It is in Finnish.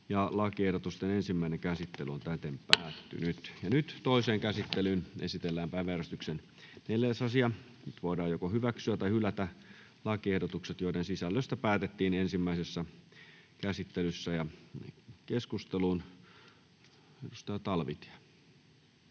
rahoituslainsäädännön muuttamiseksi Time: N/A Content: Toiseen käsittelyyn esitellään päiväjärjestyksen 4. asia. Nyt voidaan hyväksyä tai hylätä lakiehdotukset, joiden sisällöstä päätettiin ensimmäisessä käsittelyssä. — Keskusteluun, edustaja Talvitie.